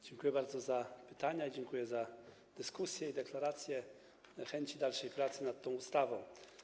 Dziękuję bardzo za pytania, dziękuję za dyskusję i deklaracje dotyczące chęci dalszej pracy nad tą ustawą.